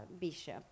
Bishop